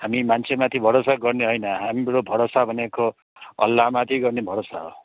हामी मान्छेमाथि भरोसा गर्ने होइन हाम्रो भरोसा भनेको अल्लाहमाथि गर्ने भरोसा हो